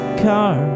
car